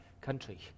country